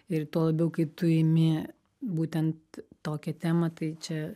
ir tuo labiau kai tu imi būtent tokią temą tai čia